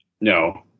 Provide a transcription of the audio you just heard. No